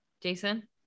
Jason